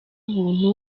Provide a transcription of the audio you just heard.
ubuntu